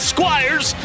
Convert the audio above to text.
Squires